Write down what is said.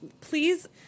Please